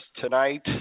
tonight